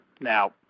now